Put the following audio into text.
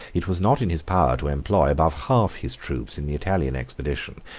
it was not in his power to employ above half his troops in the italian expedition,